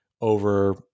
over